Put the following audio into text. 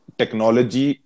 technology